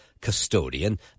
custodian